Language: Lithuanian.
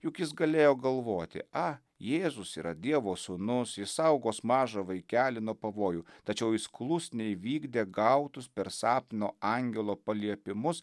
juk jis galėjo galvoti a jėzus yra dievo sūnus jis saugos mažą vaikelį nuo pavojų tačiau jis klusniai vykdė gautus per sapno angelo paliepimus